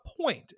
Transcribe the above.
point